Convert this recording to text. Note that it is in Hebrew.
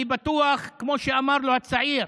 אני בטוח, כמו שאמר לו הצעיר,